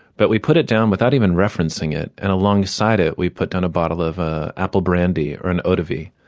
but we put it down without even referencing it. and alongside it, we put down a bottle of ah apple apple brandy, or an eau de vie.